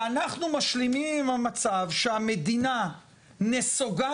ואנחנו משלימים עם המצב שהמדינה נסוגה